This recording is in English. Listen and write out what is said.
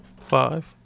Five